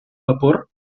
vapor